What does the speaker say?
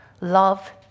love